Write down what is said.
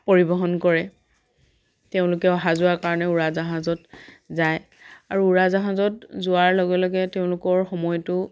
পৰিবহণ কৰে তেওঁলোকে অহা যোৱাৰ কাৰণে উৰাজাহাজত যায় আৰু উৰাজাহাজত যোৱাৰ লগে লগে তেওঁলোকৰ সময়টো